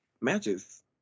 matches